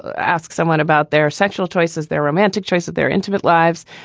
ask someone about their sexual choices, their romantic choices, their intimate lives.